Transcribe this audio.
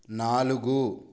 నాలుగు